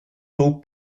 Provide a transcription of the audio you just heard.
taux